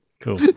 Cool